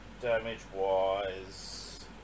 damage-wise